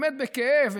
באמת בכאב,